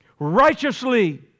Righteously